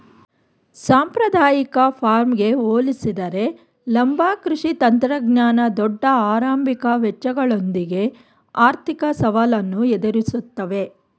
ಸಾಂಪ್ರದಾಯಿಕ ಫಾರ್ಮ್ಗೆ ಹೋಲಿಸಿದರೆ ಲಂಬ ಕೃಷಿ ತಂತ್ರಜ್ಞಾನ ದೊಡ್ಡ ಆರಂಭಿಕ ವೆಚ್ಚಗಳೊಂದಿಗೆ ಆರ್ಥಿಕ ಸವಾಲನ್ನು ಎದುರಿಸ್ತವೆ